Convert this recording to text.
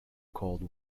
called